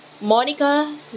Monica